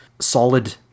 solid